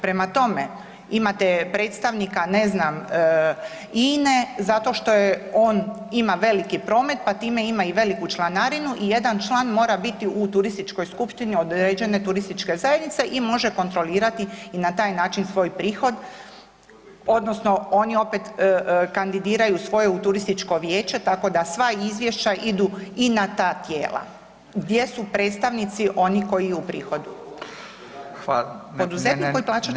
Prema tome, imate predstavnika ne znam INE zato što on ima veliki promet pa time ima i veliku članarinu i jedan član mora biti u turističkoj skupštini određene turističke zajednice i može kontrolirati i na taj način svoj prihod odnosno oni opet kandidiraju svoje u turističko vijeće tako da sva izvješća idu i na ta tijela gdje su predstavnici oni koji uprihoduju [[Upadica: …]] nerazumljivo/